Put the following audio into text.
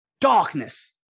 darkness